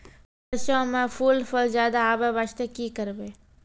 सरसों म फूल फल ज्यादा आबै बास्ते कि करबै?